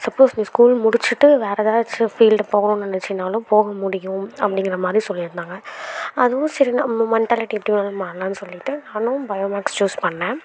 suppose நீ school முடிச்சிவிட்டு வேறு எதாச்சும் ஃபீல்டு போகணுன்னு நினச்சின்னாலும் போக முடியும் அப்படிங்கறமாரி சொல்லி இருந்தாங்க அதுவும் சரி நம்ம மெண்டாலிட்டி எப்படி வேணாலும் மாறலாம்னு சொல்லிவிட்டு நானும் பயோ மேக்ஸ் சூஸ் பண்ணேன்